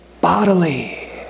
Bodily